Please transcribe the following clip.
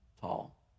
tall